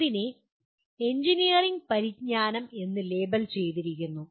ഇതിനെ എഞ്ചിനീയറിംഗ് പരിജ്ഞാനം എന്ന് ലേബൽ ചെയ്തിരിക്കുന്നു